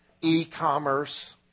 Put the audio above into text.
e-commerce